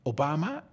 Obama